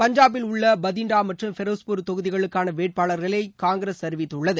பஞ்சாபில் உள்ள பதின்டா மற்றும் ஃபெரோஸ்பூர் தொகுதிகளுக்கான வேட்பாளர்களை காங்கிரஸ் அறிவித்துள்ளது